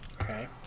Okay